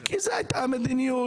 כי זו הייתה המדיניות.